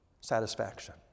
Satisfaction